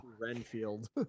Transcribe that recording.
Renfield